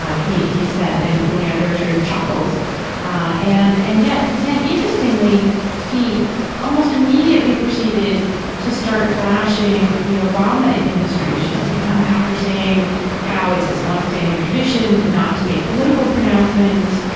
ah he he said and you know they're sort of chuckles ah and and yet then interestingly he almost immediately proceeded to start bashing the obama administration after saying how is this longstanding tradition not to make political pronouncements.